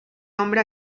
hombre